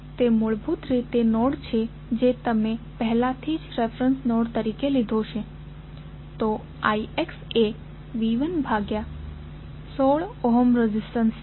તે મૂળભૂત રીતે નોડ છે જે તમે પહેલાથી જ રેફેરેંસ નોડ તરીકે લીધો છે તો IX એ V1 ભાગ્યા 16 ઓહ્મ રેજિસ્ટન્સ છે